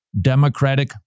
Democratic